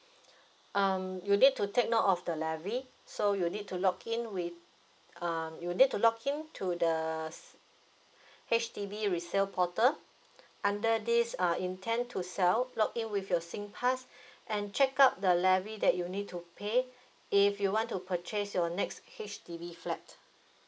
um you need to take note of the levy so you need to login with um you need to login to the s~ H_D_B resale portal under this uh intend to sell login with your singpass and check out the levy that you need to pay if you want to purchase your next H_D_B flat